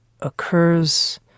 occurs